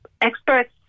experts